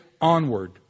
onward